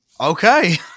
Okay